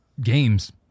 games